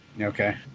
Okay